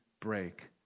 break